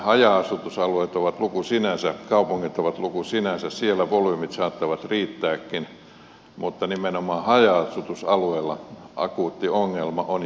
haja asutusalueet ovat luku sinänsä kaupungit ovat luku sinänsä siellä volyymit saattavat riittääkin mutta nimenomaan haja asutusalueilla akuutti ongelma on jo sylissä